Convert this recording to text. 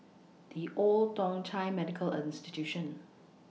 The Old Thong Chai Medical A Institution